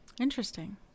interesting